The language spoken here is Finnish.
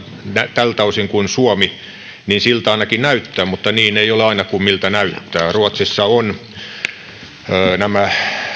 tältä osin kuin suomi niin siltä ainakin näyttää mutta niin ei ole aina kuin miltä näyttää ruotsissa nämä